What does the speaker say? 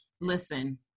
Listen